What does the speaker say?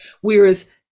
Whereas